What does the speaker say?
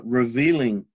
revealing